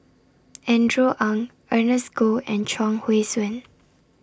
Andrew Ang Ernest Goh and Chuang Hui Tsuan